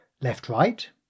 left-right